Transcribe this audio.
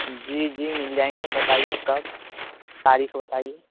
جی جی مل جائیں گے بتائیے کب تاریخ بتائیے